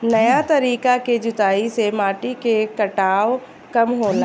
नया तरीका के जुताई से माटी के कटाव कम होला